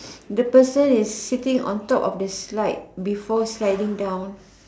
the person is seating on top the slide before sliding down